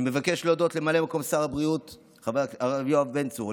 אני מבקש להודות לממלא מקום שר הבריאות חבר הכנסת הרב יואב בן צור,